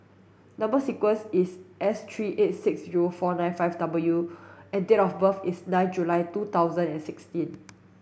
number sequence is S three eight six zero four nine five W and date of birth is nine July two thousand and sixteen